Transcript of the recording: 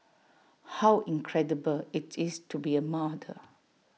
how incredible IT is to be A mother